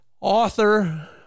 Author